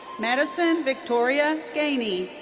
madison victoria ganey.